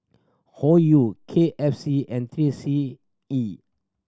Hoyu K F C and Three C E